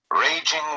Raging